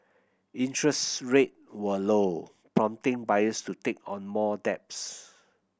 interest rate were low prompting buyers to take on more debts